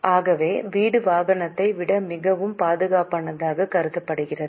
ஆகவே வீடு வாகனத்தை விட மிகவும் பாதுகாப்பானதாக கருதப்படுகிறது